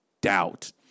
doubt